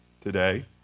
today